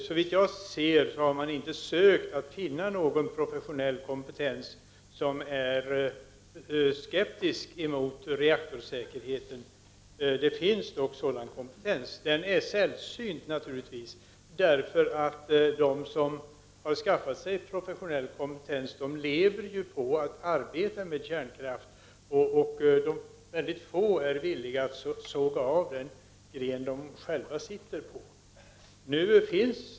Såvitt jag ser har man inte sökt finna någon professionell kompetens som är skeptisk i fråga om reaktorsäkerheten. Det finns dock sådan kompetens. Den är naturligtvis sällsynt, eftersom de som har skaffat sig professionell kompetens lever på att arbeta med kärnkraft och det därför är ytterst få som är villiga att såga av den gren de själva sitter på.